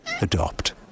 Adopt